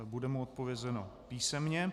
Bude mu odpovězeno písemně.